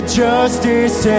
justice